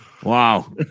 Wow